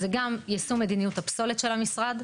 זה גם יישום מדיניות הפסולת של המשרד,